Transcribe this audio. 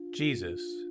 Jesus